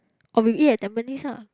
or we eat at tampines ah